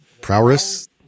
Prowess